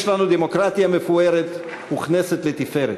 יש לנו דמוקרטיה מפוארת וכנסת לתפארת.